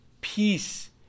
peace